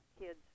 kids